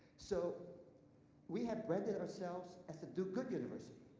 so we have branded ourselves as a do-good university,